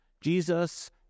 Jesus